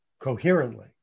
coherently